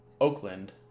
Oakland